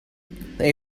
they